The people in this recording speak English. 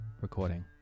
recording